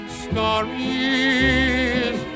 stories